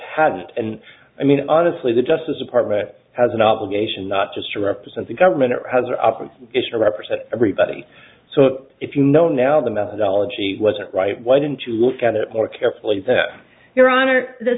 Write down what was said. haven't and i mean honestly the justice department has an obligation not just to represent the government has or operates is to represent everybody so if you know now the methodology wasn't right why didn't you look at it more carefully that your honor the